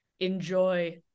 Enjoy